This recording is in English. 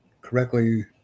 correctly